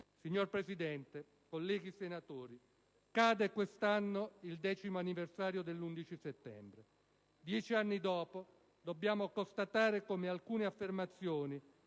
Signora Presidente, colleghi senatori, cade quest'anno il decimo anniversario dell'11 settembre. Dieci anni dopo, dobbiamo constatare come alcune affermazioni